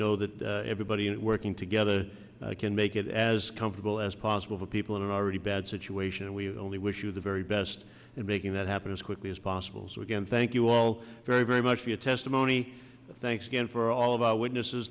know that everybody working together can make it as comfortable as possible for people in an already bad situation and we only wish you the very best in making that happen as quickly as possible so again thank you all very very much for your testimony thanks again for all of our witnesses